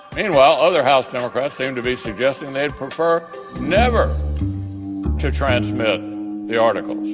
meanwhile, other house democrats seem to be suggesting they'd prefer never to transmit the article.